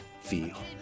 feel